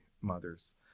mother's